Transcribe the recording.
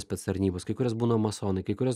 spec tarnybos kai kurios būna masonai kai kurios